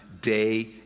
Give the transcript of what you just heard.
day